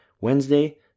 Wednesday